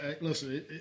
listen